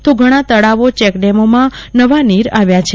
તો ઘણા તળાવો ચેકડેમોમાં નવા નીર આવ્યા છે